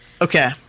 okay